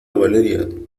valeria